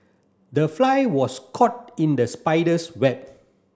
the fly was caught in the spider's web